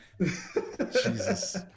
jesus